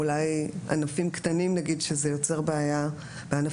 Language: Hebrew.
אולי בענפים קטנים, נגיד, שבהם זה יוצר בעיה.